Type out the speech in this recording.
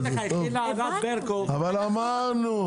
ענת ברקו התחילה -- אבל אמרנו.